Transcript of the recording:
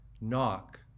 Knock